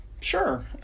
Sure